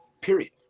period